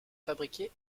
fabriquées